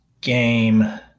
game